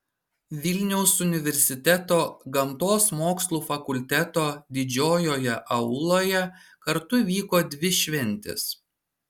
vilniaus universiteto gamtos mokslų fakulteto didžiojoje auloje kartu vyko dvi šventės